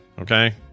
Okay